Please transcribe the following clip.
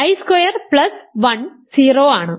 കാരണം i square plus 1 0 ആണ്